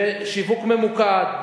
בקמפיין ובשיווק ממוקד,